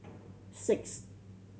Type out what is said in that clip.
six